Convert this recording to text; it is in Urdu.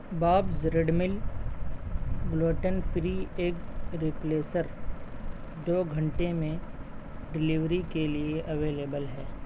boobs Red Mill gluten free egg replacer دو گھنٹے میں ڈیلیوری کے لیے اویلیبل ہے